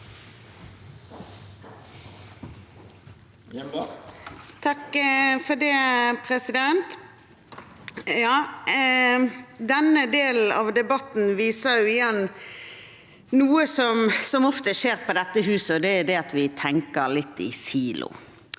(FrP) Denne delen av de- batten viser igjen noe som ofte skjer på dette huset, og det er at vi tenker litt i silo.